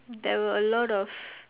there were a lot of